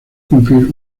cumplir